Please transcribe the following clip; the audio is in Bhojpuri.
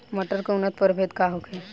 मटर के उन्नत प्रभेद का होखे?